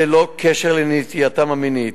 ללא קשר לנטייתם המינית.